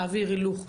להעביר הילוך.